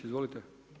Izvolite.